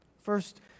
First